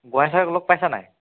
গোঁহাই ছাৰক লগ পাইছা নাই